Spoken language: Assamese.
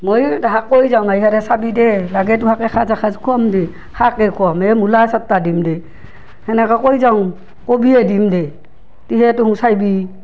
মই তাহাক কৈ যাওঁ মাইহাৰে চাবি দেই লাগে তোহাকে সাঁজ এসাঁজ খোৱাম দে শাকেই খুৱাম মূলা ছটা দিম দে সেনেকৈ কৈ যাওঁ কবিও দিম দে তিহে তহোন চাবি